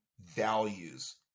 values